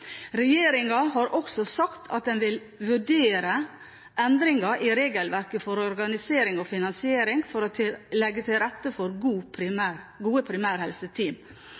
har også sagt at den vil vurdere endringer i regelverket for organisering og finansiering for å legge til rette for gode primærhelseteam. Det jobbes med å finne gode